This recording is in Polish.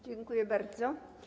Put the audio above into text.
Dziękuję bardzo.